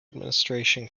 administration